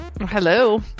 Hello